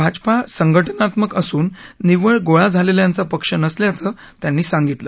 भाजपा संघटनात्मक असून निव्वळ गोळा झालेल्यांचा पक्ष नसल्याचं त्यांनी सांगितलं